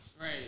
Right